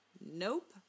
Nope